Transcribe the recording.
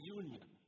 union